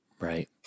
Right